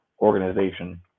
organization